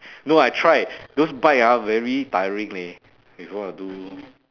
no I tried those bike ah very tiring leh if you want to do